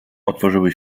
otworzyły